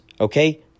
Okay